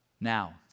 Now